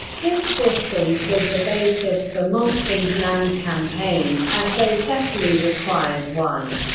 this distance is the basis for mommsen's land campaign, as though thessaly required one.